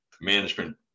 management